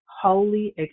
holy